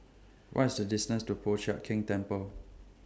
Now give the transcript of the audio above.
What IS The distance to Po Chiak Keng Temple